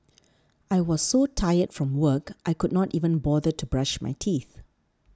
I was so tired from work I could not even bother to brush my teeth